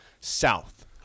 South